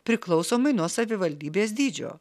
priklausomai nuo savivaldybės dydžio